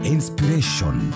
Inspiration